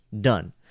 done